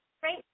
great